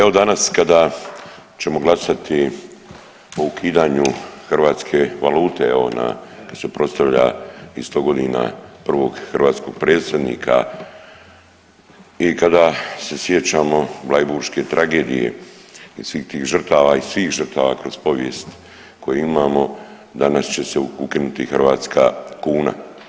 Evo danas kada ćemo glasati o ukidanju hrvatske valute evo kad se proslavlja i sto godina prvog hrvatskog predsjednika i kada se sjećamo Bleiburške tragedije i svih tih žrtava i svih žrtava kroz povijest koje imamo danas će se ukinuti hrvatska kuna.